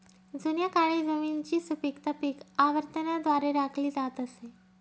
जुन्या काळी जमिनीची सुपीकता पीक आवर्तनाद्वारे राखली जात असे